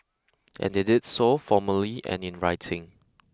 and they did so formally and in writing